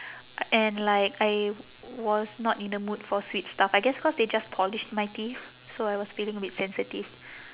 and like I was not in the mood for sweet stuff I guess cause they just polish my teeth so I was feeling a bit sensitive